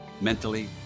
mentally